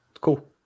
cool